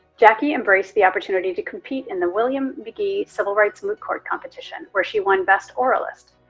jackie embraced the opportunity to compete in the william mcgee civil rights moot court competition, where she won best oralist.